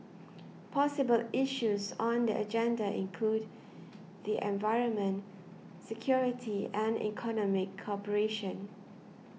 possible issues on the agenda include the environment security and economic cooperation